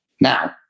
Now